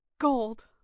Gold